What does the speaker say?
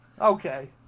Okay